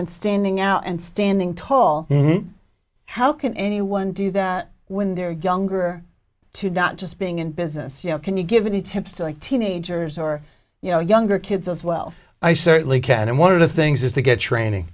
and standing out and standing tall how can anyone do that when they're younger to not just being in business you know can you give any tips to teenagers or you know younger kids as well i certainly can and one of the things is to get training